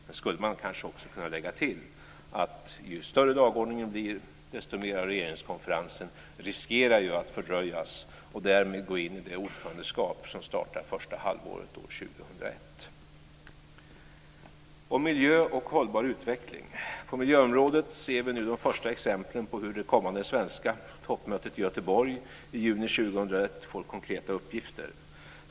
Sedan skulle man kanske också kunna lägga till att ju större dagordningen blir desto mer riskerar regeringskonferensen att fördröjas och därmed gå in i det ordförandeskap som startar det första halvåret år 2001. Miljö och hållbar utveckling: På miljöområdet ser vi nu de första exemplen på hur det kommande svenska toppmötet i Göteborg i juni 2001 får konkreta uppgifter.